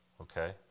Okay